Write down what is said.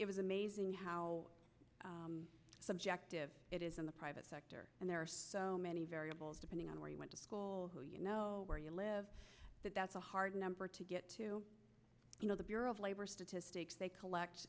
it was amazing how subjective it is in the private sector and there are so many variables depending on where you went to school you know where you live that's a hard number to get you know the bureau of labor statistics they collect